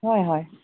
হয় হয়